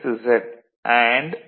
x' z De Morgan's x1 x2 x3 xN' x1'